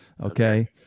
okay